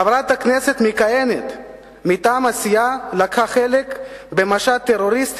חברת הכנסת מכהנת מטעם הסיעה לקחה חלק במשט טרוריסטי